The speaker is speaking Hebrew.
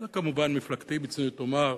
זו כמובן מפלגתי, בצניעות אומר,